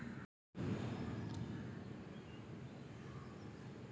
कर्ज काडुच्यासाठी काय औपचारिकता करुचा पडता?